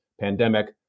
pandemic